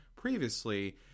previously